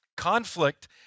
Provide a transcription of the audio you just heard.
Conflict